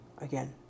again